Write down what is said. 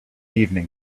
evening